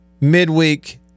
midweek